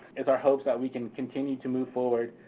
it's our hopes that we can continue to move forward.